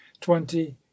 twenty